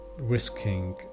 risking